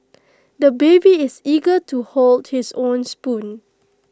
the baby is eager to hold his own spoon